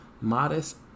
modest